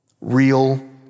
real